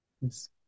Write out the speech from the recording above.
Yes